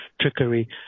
trickery